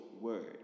word